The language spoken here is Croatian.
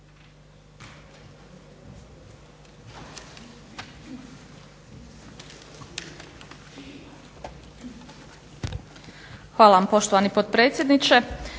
Hvala vam poštovani potpredsjedniče.